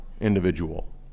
individual